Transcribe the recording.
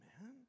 man